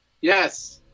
Yes